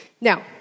Now